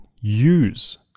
use